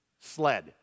SLED